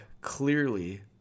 clearly